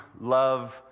love